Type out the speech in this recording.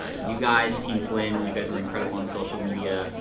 ah you guys, team flynn, you guys were incredible on social media.